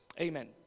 Amen